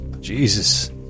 Jesus